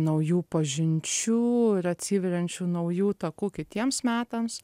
naujų pažinčių ir atsiveriančių naujų takų kitiems metams